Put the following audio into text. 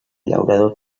llaurador